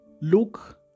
look